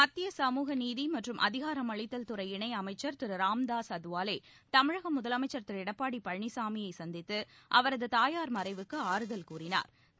மத்திய சமூக நீதி மற்றும் அதிகாரமளித்தல் துறை இணையமைச்சர் திரு ராம்தாஸ் அதவாலே தமிழக முதலமைச்சா் திரு எடப்பாடி பழனிசாமியை சந்தித்து அவரது தாயாா் மறைவுக்கு ஆறுதல் கூறினாா்